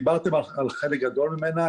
דיברתם על חלק גדול ממנה.